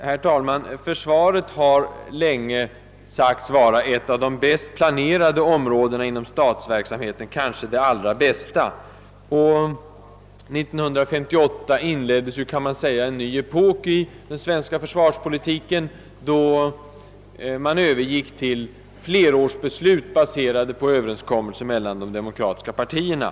Herr talman! Försvaret har länge sagts vara ett av de bäst planerade områdena inom statsverksamheten, kanske det allra bästa. År 1958 inleddes en ny epok i den svenska försvarspolitiken. Man övergick då till flerårsbeslut baserade på överenskommelse mellan de demokratiska partierna.